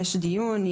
יש דיון,